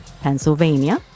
Pennsylvania